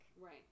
Right